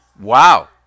Wow